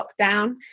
lockdown